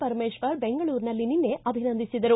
ಪರಮೇಶ್ವರ ಬೆಂಗಳೂರಿನಲ್ಲಿ ನಿನ್ನೆ ಅಭಿನಂದಿಸಿದರು